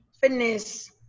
fitness